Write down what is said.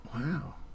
Wow